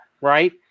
Right